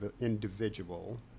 individual